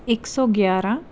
ਇੱਕ ਸੌ ਗਿਆਰਾਂ